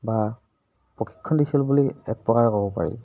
বা প্ৰশিক্ষণ দিছিল বুলি এক প্ৰকাৰ ক'ব পাৰি